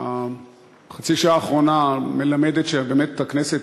חצי השעה האחרונה מלמדת שבאמת הכנסת